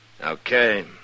Okay